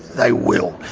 they will.